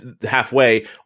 halfway